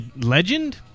Legend